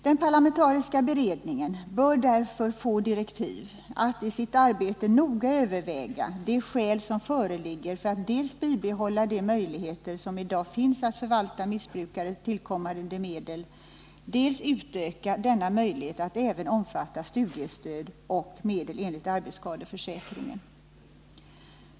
Den parlamentariska beredningen bör därför få direktiv om att i sitt arbete noga överväga de skäl som föreligger för att dels bibehålla den möjlighet som i dag finns att förvalta missbrukare tillkommande medel, dels utöka denna möjlighet till att omfatta även studiestöd och medel från arbetsskadeförsäkringen.